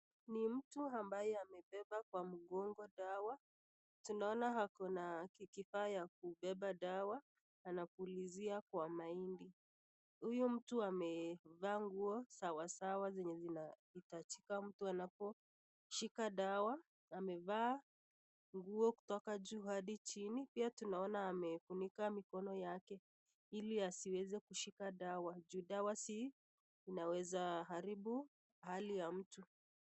Ni mtu ambaye amebeba kwa mgongo dawa tunaona ako na kifaa ya kubeba dawa anapulizia kwa mahinid huyu mtu amevaa nguo sawasawa zenye zinahitajika mtu anaposhika dawa. Amevaa nguo kutoka juu hadi chini pia tunaona amefunika mikono yake ili asiweze kushika dawa, juu dawa hizi inaweza haribu hali ya mtu.